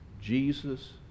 Jesus